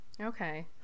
Okay